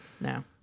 no